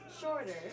shorter